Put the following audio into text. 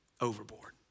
overboard